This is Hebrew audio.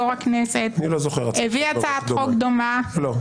יושב-ראש הכנסת הביא הצעת חוק דומה -- אני לא זוכר הצעת חוק דומה.